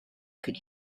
could